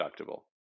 deductible